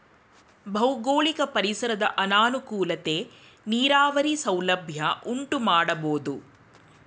ಭೌಗೋಳಿಕ ಪರಿಸರದ ಅನಾನುಕೂಲತೆ ನೀರಾವರಿ ಸೌಲಭ್ಯ ಉಂಟುಮಾಡಬೋದು